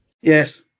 Yes